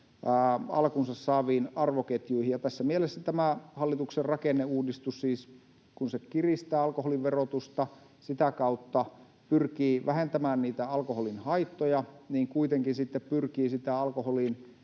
alkunsa saaviin arvoketjuihin. Tässä mielessä tämä hallituksen rakenneuudistus siis, kun se kiristää alkoholin verotusta ja sitä kautta pyrkii vähentämään niitä alkoholin haittoja, kuitenkin sitten pyrkii sitä alkoholiin